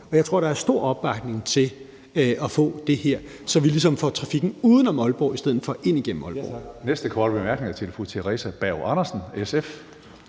og jeg tror, der er stor opbakning til at få det her, så vi ligesom får trafikken uden om Aalborg i stedet for ind igennem Aalborg.